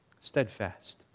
steadfast